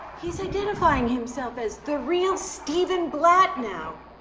he's identifying himself as the real stephen blatt now,